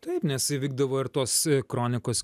taip nes įvykdavo ir tos kronikos